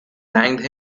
thanked